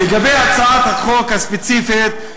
לגבי הצעת החוק הספציפית,